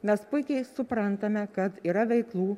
nes puikiai suprantame kad yra veiklų